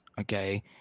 okay